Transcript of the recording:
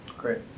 Great